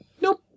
Nope